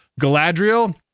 Galadriel